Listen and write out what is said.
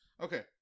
Okay